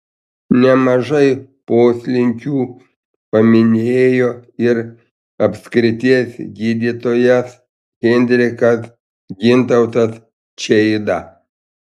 nemažai poslinkių paminėjo ir apskrities gydytojas henrikas gintautas čeida